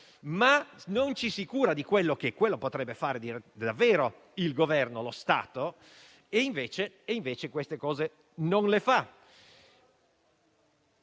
Non ci si cura di quello che potrebbe fare davvero il Governo, lo Stato, che queste cose invece non le fa.